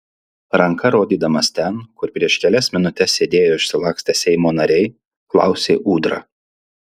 ranka rodydamas ten kur prieš kelias minutes sėdėjo išsilakstę seimo nariai klausė ūdra